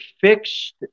fixed